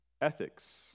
ethics